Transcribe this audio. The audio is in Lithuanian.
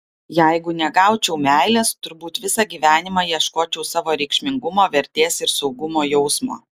jeigu negaučiau meilės turbūt visą gyvenimą ieškočiau savo reikšmingumo vertės ir saugumo jausmo